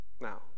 Now